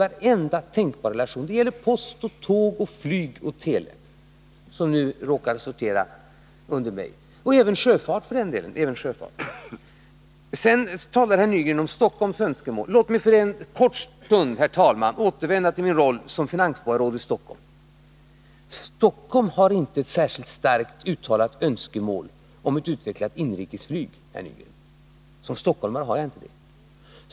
Detta gäller alla de kommunikationsslag som råkar sortera under mig: post, tåg, flyg, telekommunikation och även sjöfart. Herr Nygren talar om Stockholms önskemål. Låt mig för en kort stund, herr talman, återvända till min roll som finansborgarråd i Stockholm. Stockholm har inte ett särskilt starkt uttalat önskemål om ett utvecklat inrikesflyg. Som stockholmare har jag inte det heller.